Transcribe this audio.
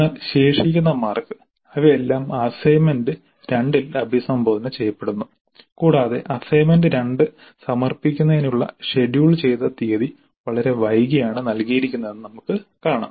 എന്നാൽ ശേഷിക്കുന്ന മാർക്ക് അവയെല്ലാം അസൈൻമെന്റ് 2 ൽ അഭിസംബോധന ചെയ്യപ്പെടുന്നു കൂടാതെ അസൈൻമെന്റ് 2 സമർപ്പിക്കുന്നതിനുള്ള ഷെഡ്യൂൾ ചെയ്ത തീയതി വളരെ വൈകിയാണ് നൽകിയിരിക്കുന്നതെന്ന് നമുക്ക് കാണാം